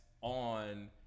on